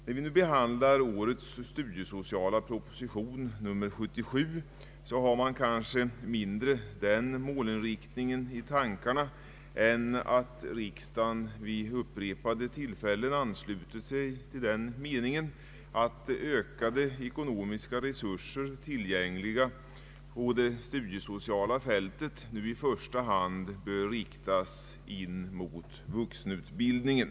När vi behandlar årets studiesociala proposition, nr 77, har man kanske mindre den målinriktningen i tankarna än att riksdagen vid upprepade tillfällen senare tid anslutit sig till den meningen att ökade ekonomiska resurser, tillgängliga på det studiesociala fältet, nu i första hand bör riktas in mot vuxenutbildningen.